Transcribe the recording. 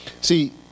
See